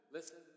Listen